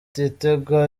igitego